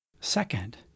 Second